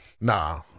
Nah